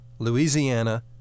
Louisiana